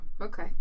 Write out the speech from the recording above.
Okay